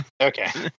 Okay